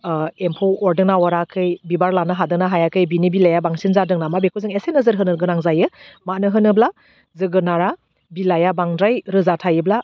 ओह एम्फौ अरदोंना अराखै बिबार लानो हादोंना हायाखै बिनि बिलाइआ बांसिन जादों नामा बेखौ जों एसे नोजोर होनो गोनां जायो मानो होनोब्ला जोगोनारा बिलाइआ बांद्राय रोजा थायोब्ला